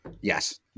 yes